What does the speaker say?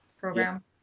program